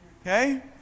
Okay